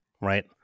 right